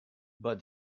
but